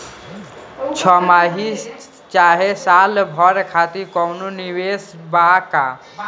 छमाही चाहे साल भर खातिर कौनों निवेश बा का?